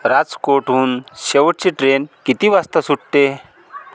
राजकोटहून शेवटची ट्रेन किती वासता सुटते